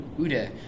Ude